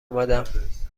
آمدم